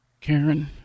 Karen